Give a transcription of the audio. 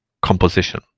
composition